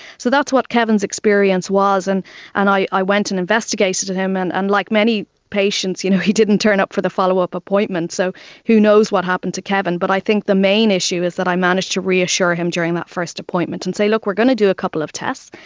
so that's what kevin's experience was. and and i i went and investigated him, and and like many patients you know he didn't turn up for the follow-up appointment, so who knows what happened to kevin, but i think the main issue is that i managed to reassure him during that first appointment and say, look, we're going to do a couple of tests,